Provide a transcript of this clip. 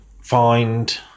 find